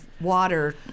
water